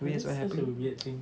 I guess what happened